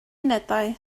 unedau